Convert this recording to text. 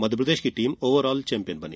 मध्यप्रदेश की team overall champion रही